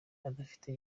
adafite